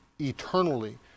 eternally